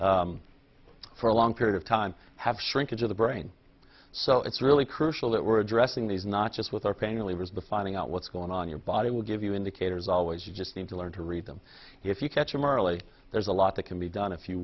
for a long period of time have shrinkage of the brain so it's really crucial that we're addressing these not just with our pain relievers the finding out what's going on your body will give you indicators always you just need to learn to read them if you catch him early there's a lot that can be done